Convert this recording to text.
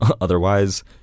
otherwise